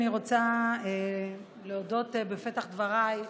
בפתח דבריי,